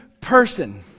person